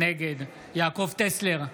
נגד יעקב טסלר,